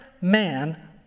man